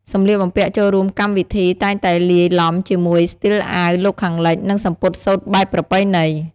សម្លៀកបំពាក់់ចូលរួមកម្មវិធីតែងតែលាយឡំជាមួយស្ទីលអាវលោកខាងលិច និងសំពត់សូត្របែបប្រពៃណី។